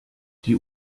die